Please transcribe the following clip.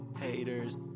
haters